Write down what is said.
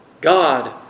God